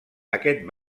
aquest